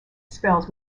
spells